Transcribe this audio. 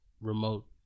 remote